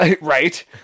right